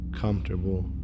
comfortable